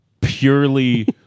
purely